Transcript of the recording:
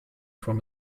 from